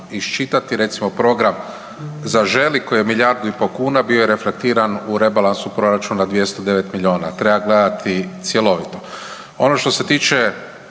iščitati. Recimo program „Zaželi“ koji je milijardu i pol kuna bio je reflektiran u rebalansu proračuna 209 milijuna, treba gledati cjelovito. Ono što se tiče